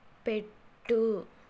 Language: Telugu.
పెట్టు